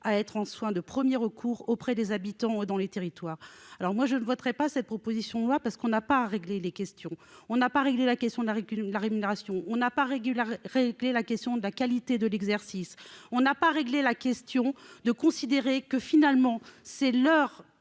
à être en soins de 1er recours auprès des habitants dans les territoires, alors moi je ne voterai pas cette proposition de loi parce qu'on n'a pas à régler les questions, on n'a pas réglé la question de la la rémunération, on n'a pas régularisé régler la question de la qualité de l'exercice, on n'a pas réglé la question de considérer que, finalement, c'est leur